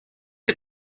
für